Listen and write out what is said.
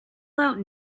out